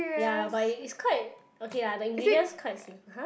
ya but is quite okay lah the ingredients quite simple !huh!